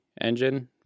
engine